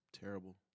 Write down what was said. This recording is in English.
terrible